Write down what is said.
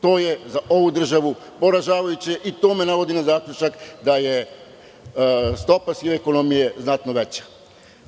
To je za ovu državu poražavajuće i to me navodi na zaključak da je stopa sive ekonomije znatno veća. Očito